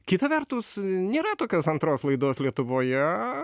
kita vertus nėra tokios antros laidos lietuvoje